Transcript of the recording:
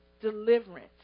deliverance